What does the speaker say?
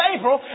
April